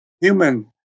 human